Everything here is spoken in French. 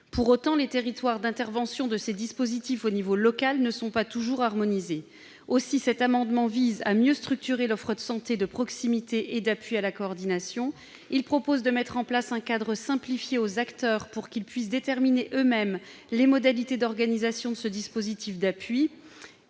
Pour autant, les territoires d'intervention de ces dispositifs ne sont pas toujours harmonisés au niveau local. Cet amendement vise donc à mieux structurer l'offre de santé de proximité et d'appui à la coordination. Il tend à mettre en place un cadre simplifié pour que les acteurs puissent déterminer eux-mêmes les modalités d'organisation de ce dispositif d'appui